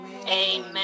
Amen